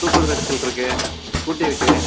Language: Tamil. சூப்பர் எக்ஸெல் இருக்குது ஸ்கூட்டி இருக்குது